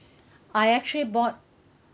I actually bought